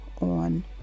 on